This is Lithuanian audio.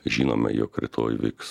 žinome jog rytoj vyks